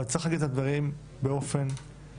אבל צריך להגיד את הדברים ולהגיד אותם באופן ברור